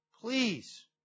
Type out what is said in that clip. please